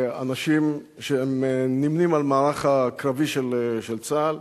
אנשים שנמנים עם המערך הקרבי של צה"ל,